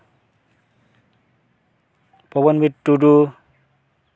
Pabanbir Tudu